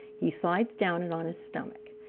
he slides down it on his stomach.